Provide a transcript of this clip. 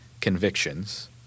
convictions